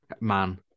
man